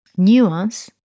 nuance